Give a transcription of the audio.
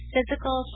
Physical